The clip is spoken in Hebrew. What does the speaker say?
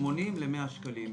80 ל-100 שקלים.